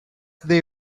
they